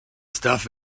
stuff